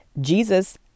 Jesus